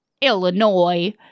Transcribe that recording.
Illinois